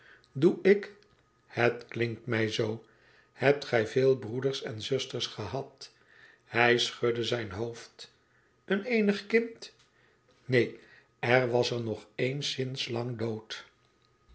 doe ik het klinkt mij zoo hebt gij veel broeders en zusters gehad hij schudde zijn hoofd eneenigkind neen er was er nog een smds lang dood